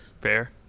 Fair